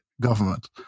government